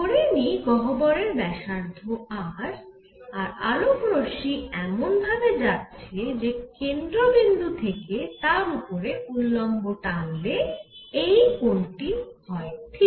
ধরে নিই গহ্বররের ব্যাসার্ধ r আর আলোক রশ্মি এমন ভাবে যাচ্ছে যে কেন্দ্রবিন্দু থেকে তার উপরে উল্লম্ব টানলে এই কোণটি হয় থিটা